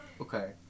Okay